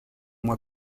mois